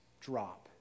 drop